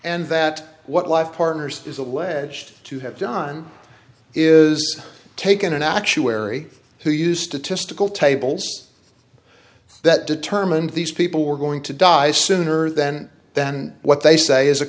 and that what life partners is alleged to have done is taken an actuary who used to testicle tables that determined these people were going to die sooner then then what they say is